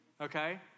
okay